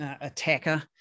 attacker